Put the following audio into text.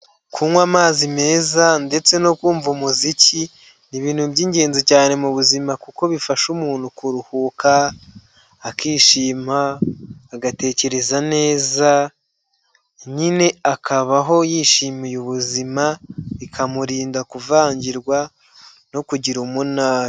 Kunywa amazi meza ndetse no kumva umuziki, ni ibintu by'ingenzi cyane mu buzima kuko bifasha umuntu kuruhuka, akishima, agatekereza neza, nyine akabaho yishimiye ubuzima, bikamurinda kuvangirwa no kugira umunabi.